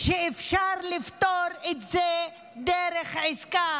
אפשר היה לפתור את זה דרך עסקה